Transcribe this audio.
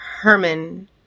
Herman